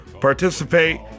Participate